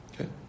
Okay